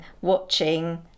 watching